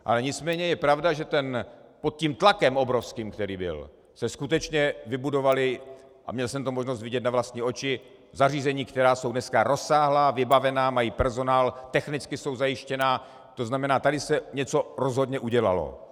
Ale nicméně je pravda, že pod tím obrovským tlakem, který byl, se skutečně vybudovala, a měl jsem možnost to vidět na vlastní oči, zařízení, která jsou dneska rozsáhlá, vybavená, mají personál, technicky jsou zajištěná, to znamená, tady se něco rozhodně udělalo.